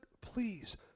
Please